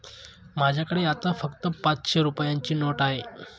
माझ्याकडे आता फक्त पाचशे रुपयांची नोट आहे